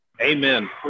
Amen